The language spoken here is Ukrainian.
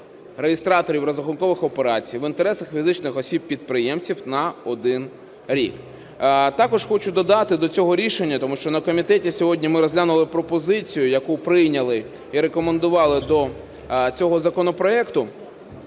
реєстраторів розрахункових операцій в інтересах фізичних осіб-підприємців на один рік. Також хочу додати до цього рішення, тому що на комітеті сьогодні ми розглянули пропозицію, яку прийняли і рекомендували до цього законопроекту,